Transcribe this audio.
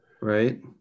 Right